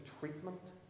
treatment